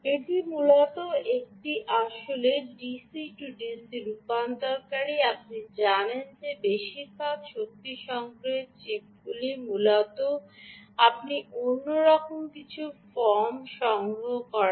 এটি মূলত আসলে একটি ডিসি ডিসি রূপান্তরকারী আপনি জানেন যে বেশিরভাগ শক্তি সংগ্রহের চিপগুলি মূলত আপনি অন্যরকম কিছু ফর্ম গঠন করেন